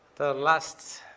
the last.